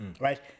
right